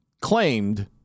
claimed